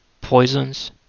poisons